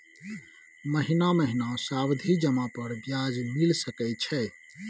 महीना महीना सावधि जमा पर ब्याज मिल सके छै?